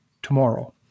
tomorrow